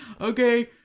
okay